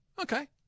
okay